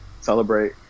Celebrate